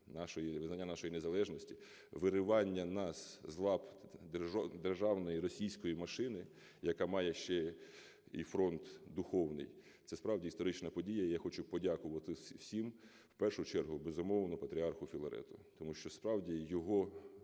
визнання нашої незалежності, виривання нас з лап державної російської машини, яка має ще і фронт духовний, - це справді історична подія. Я хочу подякувати всім, в першу чергу, безумовно, Патріарху Філарету, тому що, справді, його